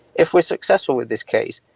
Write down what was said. if we're successful with this case,